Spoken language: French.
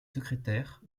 secrétaires